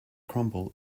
crumble